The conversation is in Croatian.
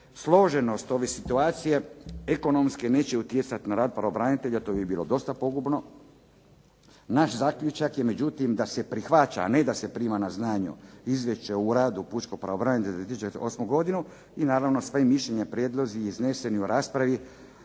složenost ove situacije ekonomske neće utjecati na rad pravobranitelja, to bi bilo dosta pogubno. Naš zaključak je međutim da se prihvaća, a ne da se prima na znanje Izvješće o radu pučkog pravobranitelja za 2008. godinu i naravno sva mišljenja, prijedlozi izneseni u raspravi,